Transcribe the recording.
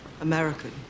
American